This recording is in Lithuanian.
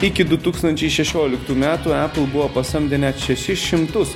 iki du tūkstančiai šešioliktų metų apple buvo pasamdę net šešis šimtus